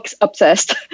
obsessed